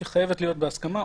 היא חייבת להיות בהסכמה.